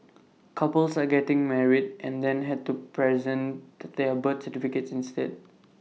couples are getting married and then had to present that their birth certificates instead